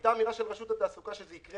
הייתה אמירה של רשות התעסוקה שזה יקרה